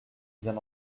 bien